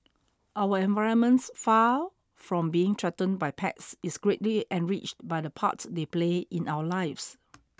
our environment far from being threatened by pets is greatly enriched by the part they play in our lives